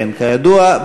כידוע,